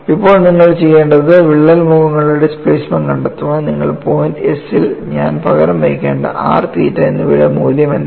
ഇപ്പോൾ നിങ്ങൾ ചെയ്യേണ്ടത് വിള്ളൽ മുഖങ്ങളുടെ ഡിസ്പ്ലേസ്മെൻറ് കണ്ടെത്താൻ നിങ്ങൾ പോയിന്റ് s ൽ ഞാൻ പകരം വയ്ക്കേണ്ട r തീറ്റ എന്നിവയുടെ മൂല്യം എന്താണ്